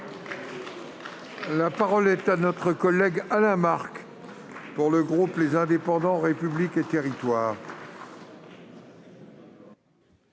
La parole est à M. Alain Marc, pour le groupe Les Indépendants - République et Territoires.